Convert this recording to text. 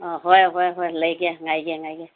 ꯑꯥ ꯍꯣꯏ ꯍꯣꯏ ꯍꯣꯏ ꯂꯩꯒꯦ ꯉꯥꯏꯒꯦ ꯉꯥꯏꯒꯦ